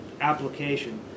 application